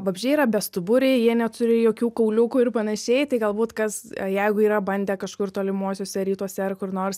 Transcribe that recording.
vabzdžiai yra bestuburiai jie neturi jokių kauliukų ir panašiai tai galbūt kas jeigu yra bandę kažkur tolimuosiuose rytuose ar kur nors